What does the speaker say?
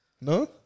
no